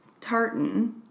tartan